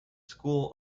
school